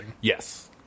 Yes